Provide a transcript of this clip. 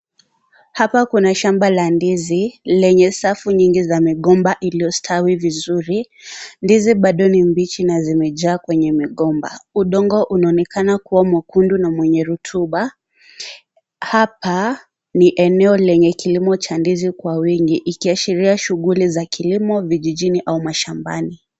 Hapa kuna shamba la ndizi lenye safu nyingi za migomba iliyostawi vizuri. Ndizi bado ni mbichi na zimejaa kwenye migomba. Udongo unaonekana kuwa mwekundu na mwenye rotuba. Hapa ni eneo lenye kilimo cha ndizi kwa wingi ikiashiria shughuli za kilimo vijijini au mashambani.